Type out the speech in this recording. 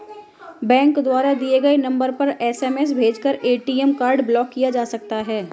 bank द्वारा दिए गए नंबर पर एस.एम.एस भेजकर ए.टी.एम कार्ड ब्लॉक किया जा सकता है